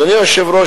אדוני היושב-ראש,